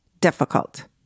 difficult